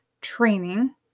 training